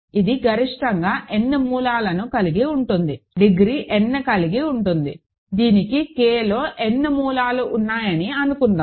ఇది గరిష్టంగా n మూలాలను కలిగి ఉంటుంది డిగ్రీ n కలిగి ఉంటుంది దీనికి Kలో n మూలాలు ఉన్నాయని అనుకుందాం